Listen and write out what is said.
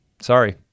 Sorry